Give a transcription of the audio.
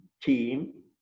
team